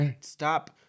stop